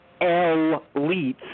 elites